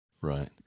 Right